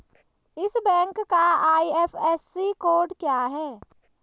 इस बैंक का IFSC code क्या है?